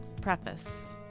Preface